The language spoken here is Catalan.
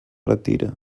retira